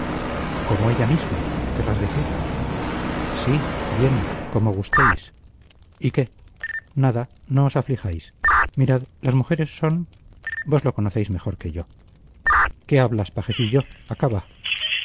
como ella misma querrás decir sí bien como gustéis y qué nada no os aflijáis mirad las mujeres son vos lo conocéis mejor que yo qué hablas pajecillo acaba